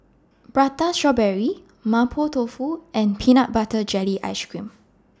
Prata Strawberry Mapo Tofu and Peanut Butter Jelly Ice Cream